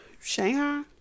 Shanghai